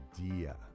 idea